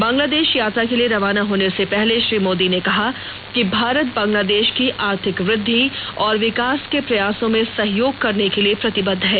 बांग्लादेश यात्रा के लिए रवाना होने से पहले श्री मोदी ने कहा है कि भारत बांग्लादेश की आर्थिक वृद्धि और विँकास के प्रयासों में सहयोग करने के लिए प्रतिबद्ध है